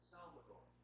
Salvador